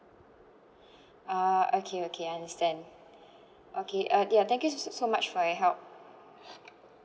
ah okay okay understand okay uh yeah thank you so much for your help